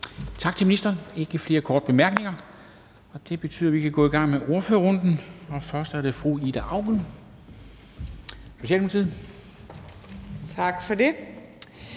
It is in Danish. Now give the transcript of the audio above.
Tak til ministeren. Der er ikke flere korte bemærkninger. Det betyder, at vi kan gå i gang med ordførerrunden. Det er først fru Ida Auken, Socialdemokratiet.